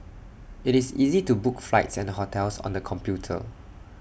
IT is easy to book flights and hotels on the computer